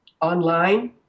online